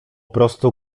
prostu